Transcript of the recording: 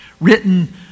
written